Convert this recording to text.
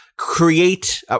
Create –